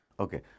Okay